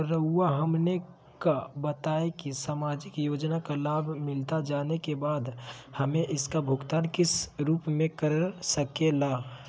रहुआ हमने का बताएं की समाजिक योजना का लाभ मिलता जाने के बाद हमें इसका भुगतान किस रूप में कर सके ला?